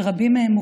שרבים מהם,